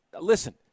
listen